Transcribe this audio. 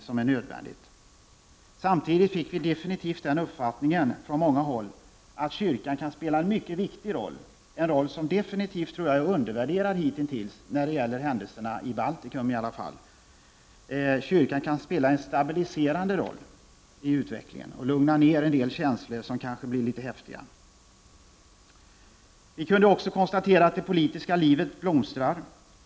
Samtidigt fick vi veta att man på många håll har den bestämda uppfattningen att kyrkan kan spela en mycket viktig roll, en roll som jag tror hitintills varit avgjort undervärderad, i varje fall när det gäller händelserna i Baltikum. Kyrkan kan spela en stabiliserande roll i utvecklingen och lugna ned en del känslor som kanske är litet häftiga. Vi kunde också konstatera att det politiska livet blomstrar.